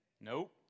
Nope